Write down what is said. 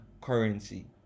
currency